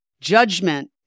judgment